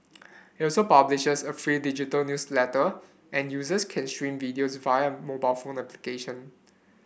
it also publishes a free digital newsletter and users can stream videos via a mobile application